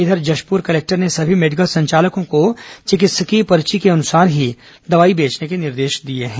इधर जशपुर कलेक्टर ने सभी मेडिकल संचालकों को चिकित्सकीय पर्ची के अनुसार ही दवाई बेचने के निर्देश दिए हैं